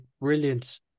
brilliant